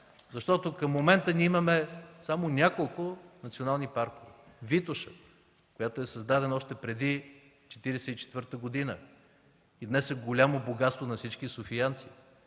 Защото към момента ние имаме само няколко национални парка: Витоша, създаден още преди 1944 г., но днес е богатство на всички софиянци;